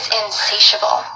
insatiable